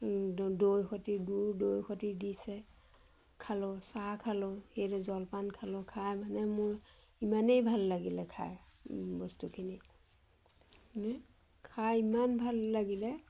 দৈ সৈতে গুৰ দৈ সৈতে দিছে খালোঁ চাহ খালোঁ সেইটো জলপান খালোঁ খাই মানে মোৰ ইমানেই ভাল লাগিলে খাই বস্তুখিনি মানে খাই ইমান ভাল লাগিলে